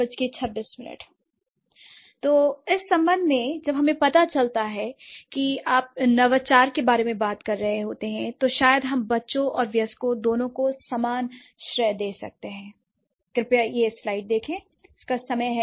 इसलिए अब इस संबंध में जब हमें पता चलता है कि जब आप नवाचार के बारे में बात कर रहे होते हैं तो शायद हम बच्चों और वयस्कों दोनों को समान श्रेय दे सकते हैं